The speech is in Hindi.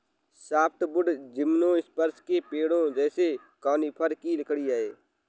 सॉफ्टवुड जिम्नोस्पर्म के पेड़ों जैसे कॉनिफ़र की लकड़ी है